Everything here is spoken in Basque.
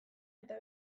eta